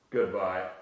Goodbye